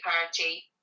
party